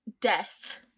death